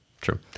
true